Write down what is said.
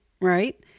right